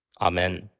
Amen